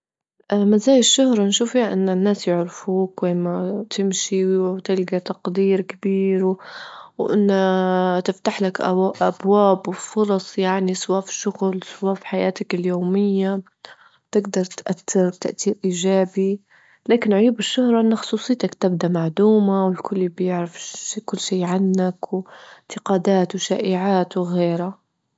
مزايا الشهرة نشوف فيها إن الناس يعرفوك وين ما تمشي، وتلجى تقدير كبير، وإنها تفتح لك أب- أبواب وفرص يعني سوا في الشغل، سوا في حياتك اليومية، تجدر تأثر بتأثير إيجابي، لكن عيوب الشهرة إن خصوصيتك تبدا معدومة، والكل بيعرف كل شي عنك، إنتقادات وشائعات وغيره.